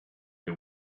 who